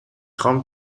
خوام